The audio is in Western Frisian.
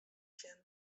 sjen